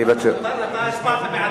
אדוני, סגן השר וילנאי,